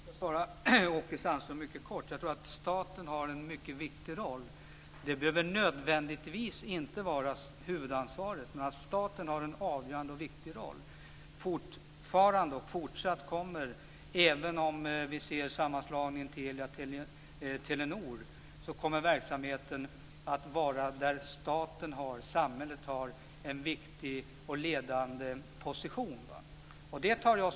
Fru talman! Jag skall svara Åke Sandström mycket kort. Jag tror att staten har en mycket viktig roll. Det behöver nödvändigtvis inte vara så att staten har huvudansvaret, men staten har en avgörande och viktig roll även i fortsättningen. Även om vi ser till sammanslagningen Telia-Telenor kommer staten och samhället att ha en viktig och ledande position i verksamheten.